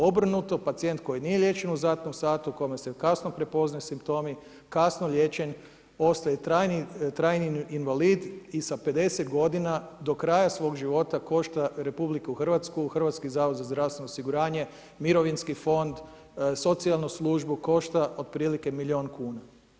Obrnuto, pacijent koji nije liječen u Zlatnom satu, kome se kasno prepoznaju simptomi kasno liječen ostaje trajni invalid i sa 50 godina do kraja svoga života košta Republiku Hrvatsku, Hrvatski zavod za zdravstveno osiguranje, Mirovinski fond, socijalnu službu košta otprilike milijun kuna.